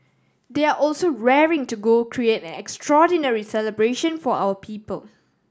they are also raring to go create an extraordinary celebration for our people